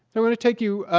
i want to take you